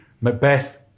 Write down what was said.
Macbeth